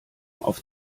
auf